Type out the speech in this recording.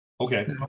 Okay